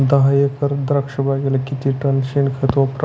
दहा एकर द्राक्षबागेला किती टन शेणखत वापरावे?